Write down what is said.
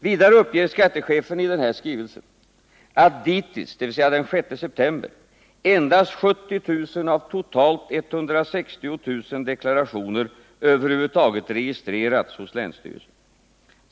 Vidare uppger skattechefen i denna skrivelse av den 6 september att dittills endast 70 000 av totalt 160 000 deklarationer över huvud taget har registrerats hos länsstyrelsen.